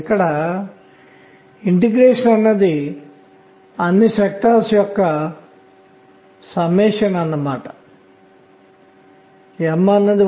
పరమాణువు కోసం మనకు n ఉంది మనకు k ఉంది మనకు n ఉంది